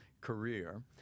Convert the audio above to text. career